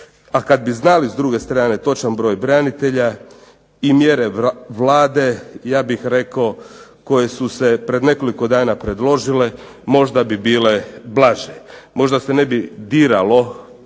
A kad bi znali, s druge strane, točan broj branitelja i mjere Vlade, ja bih rekao, koje su se pred nekoliko dana predložile, možda bi bile blaže. Možda se ne bi diralo,